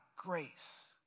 Grace